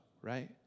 right